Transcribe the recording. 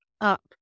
up